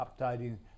updating